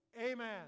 Amen